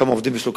כמה עובדים יש לו,